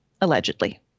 Allegedly